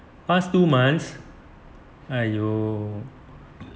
past two months !aiyo!